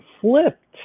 flipped